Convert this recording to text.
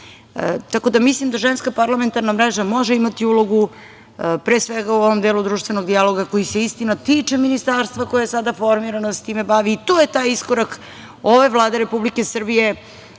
da mislim da Ženska parlamentarna mreža može imati ulogu pre svega u ovom delu društvenog dijaloga koji je istina tiče ministarstva koje je sada formirano i time se bavi. To je taj iskorak ove Vlade Republike Srbije,